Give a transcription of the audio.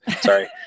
Sorry